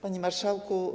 Panie Marszałku!